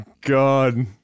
God